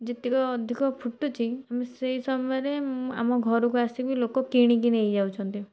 ଯେତିକ ଅଧିକ ଫୁଟୁଛି ଆମେ ସେଇ ସମୟରେ ଆମ ଘରକୁ ଆସିକି ଲୋକ କିଣିକି ନେଇ ଯାଉଛନ୍ତି